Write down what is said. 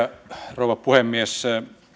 rouva puhemies